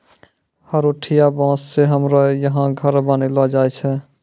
हरोठिया बाँस से हमरो यहा घर बनैलो जाय छै